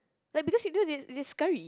like because you know they they scurry